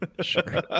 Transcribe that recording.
Sure